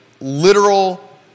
literal